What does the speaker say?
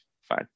fine